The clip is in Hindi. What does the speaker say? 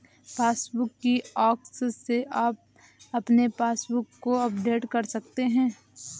पासबुक किऑस्क से आप अपने पासबुक को अपडेट कर सकते हैं